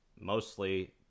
mostly